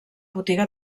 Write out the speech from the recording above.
botiga